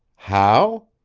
how?